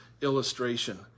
illustration